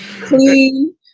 clean